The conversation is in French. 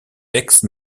aix